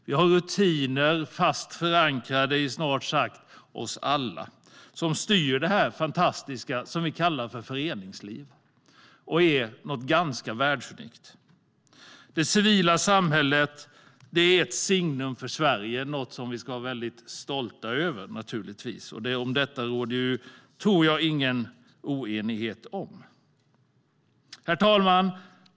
Vi har rutiner, fast förankrade i snart sagt oss alla, som styr det fantastiska som vi kallar föreningsliv och som är något nästan världsunikt. Det civila samhället är ett signum för Sverige och något som vi ska vara väldigt stolta över. Detta råder det, tror jag, ingen oenighet om. Herr talman!